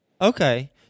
Okay